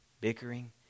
bickering